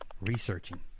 researching